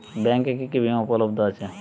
ব্যাংকে কি কি বিমা উপলব্ধ আছে?